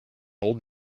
old